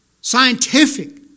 scientific